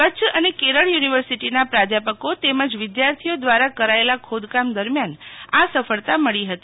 કચ્છ અને કેરળ યુનિવર્સિટીના પ્રાધ્યાપકો તેમજ વિદ્યાર્થીઓ દ્વારા કરાયેલા ખોદકામ દરમિયાન આ સફળતા મળી હતી